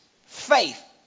faith